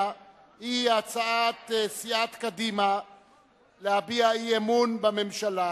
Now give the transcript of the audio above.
היא הצעת סיעת קדימה להביע אי-אמון בממשלה